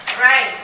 Right